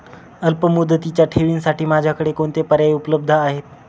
अल्पमुदतीच्या ठेवींसाठी माझ्याकडे कोणते पर्याय उपलब्ध आहेत?